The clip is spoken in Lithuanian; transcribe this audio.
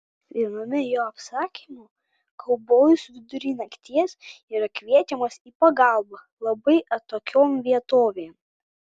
viename jo apsakymų kaubojus vidury nakties yra kviečiamas į pagalbą labai atokion vietovėn